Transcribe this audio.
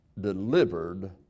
delivered